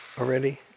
already